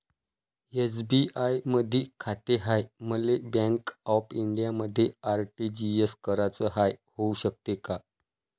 SBI मधी खाते हाय, मले बँक ऑफ इंडियामध्ये आर.टी.जी.एस कराच हाय, होऊ शकते का?